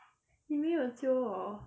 你没有 jio 我